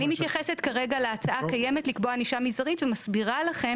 אני מתייחסת כרגע להצעה הקיימת לקבוע ענישה מזערית שמסבירה לכם